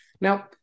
Now